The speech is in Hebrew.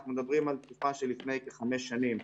אנחנו מדברים על תקופה שלפני כחמש שנים,